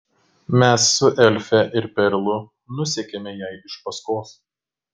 mes su elfe ir perlu nusekėme jai iš paskos